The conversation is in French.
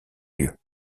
lieu